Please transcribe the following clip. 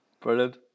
Brilliant